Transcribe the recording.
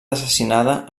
assassinada